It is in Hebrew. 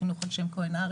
חינוך על שם כהן-האריס,